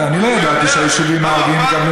אני לא ידעתי שהיישובים הערביים מקבלים